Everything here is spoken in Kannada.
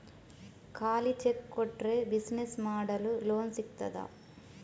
ಖಾಲಿ ಚೆಕ್ ಕೊಟ್ರೆ ಬಿಸಿನೆಸ್ ಮಾಡಲು ಲೋನ್ ಸಿಗ್ತದಾ?